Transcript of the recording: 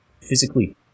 physically –